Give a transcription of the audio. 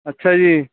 ਅੱਛਾ ਜੀ